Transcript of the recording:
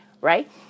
right